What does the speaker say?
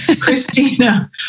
Christina